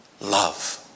Love